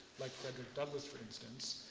like frederick douglass for instance.